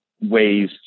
ways